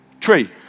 tree